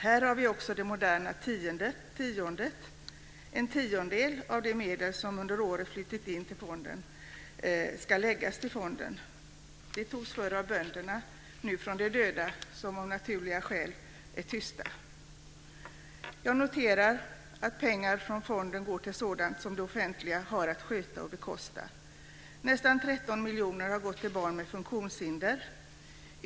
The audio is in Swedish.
Här har vi också det moderna tiondet. En tiondel av de medel som under året har flutit in till fonden ska läggas till fonden. Det togs förr av bönderna - nu från de döda, som av naturliga skäl är tysta. Jag noterar att pengar från fonden går till sådant som det offentliga har att sköta och bekosta. Nästan 13 miljoner har gått till barn med funktionshinder.